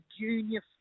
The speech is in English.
junior